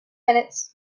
minutes